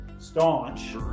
Staunch